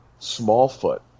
Smallfoot